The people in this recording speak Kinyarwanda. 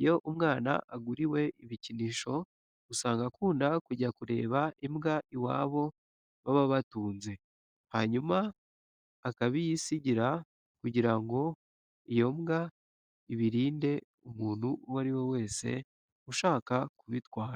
Iyo umwana aguriwe ibikinisho usanga akunda kujya kureba imbwa iwabo baba batunze, hanyuma akabiyisigira kugira ngo iyo mbwa ibirinde umuntu uwo ari we wese ushaka kubitwara.